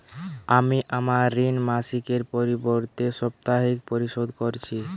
আমি আমার ঋণ মাসিকের পরিবর্তে সাপ্তাহিক পরিশোধ করছি